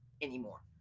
anymore